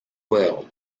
will